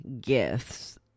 gifts